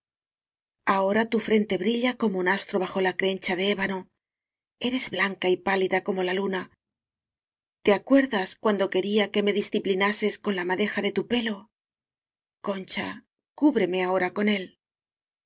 ahora tu frente brilla como un astro bajo la crencha de ébano eres blanca y páli da como la luna te acuerdas cuando que ría que me disciplinases con la madeja de tu pelo concha cúbreme ahora con él